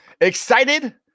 excited